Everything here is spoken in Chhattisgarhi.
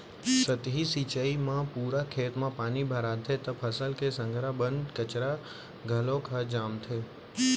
सतही सिंचई म पूरा खेत म पानी भराथे त फसल के संघरा बन कचरा घलोक ह जामथे